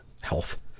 health